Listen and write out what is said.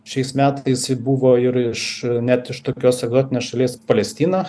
šiais metais buvo ir iš net iš tokios egzotinės šalies palestina